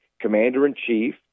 commander-in-chief